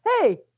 hey